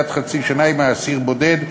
עד חצי שנה אם האסיר בודד,